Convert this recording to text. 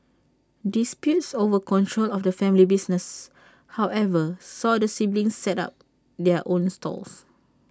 disputes over control of the family business however saw the siblings set up their own stalls